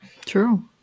True